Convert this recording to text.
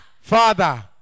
Father